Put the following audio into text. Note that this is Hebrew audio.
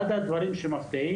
אחד הדברים שמפריעים